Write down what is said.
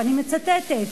ואני מצטטת,